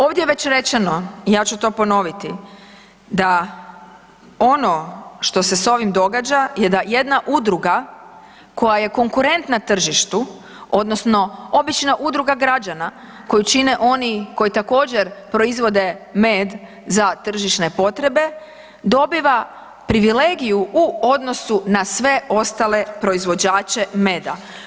Ovdje je već rečeno i ja ću to ponoviti da ono što se s ovim događa je da jedna udruga koja je konkurent na tržištu odnosno obična udruga građana koju čine oni koji također proizvode med za tržišne potrebe dobiva privilegiju u odnosu na sve ostale proizvođače meda.